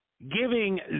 giving